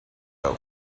love